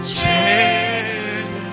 change